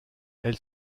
elle